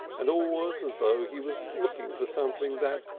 and always as though he was looking for something that,